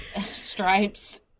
Stripes